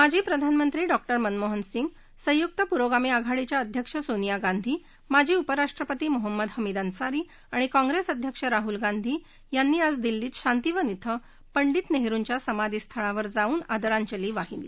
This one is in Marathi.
माजी प्रधानमंत्री डॉक उ मनमोहन सिंग संयुक्त पुरोगामी आघाडीच्या अध्यक्ष सोनिया गांधी माजी उपराष्ट्रपती मोहम्मद हमीद अन्सारी आणि काँग्रेस अध्यक्ष राहुल गांधी यांनी आज दिल्लीत शांतिवन क्वे पंडित नेहरुंच्या समाधी स्थळावर जाऊन आदरांजली वाहिली